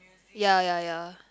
ya ya ya